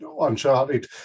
uncharted